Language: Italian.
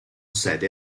sede